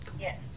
Yes